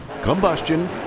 combustion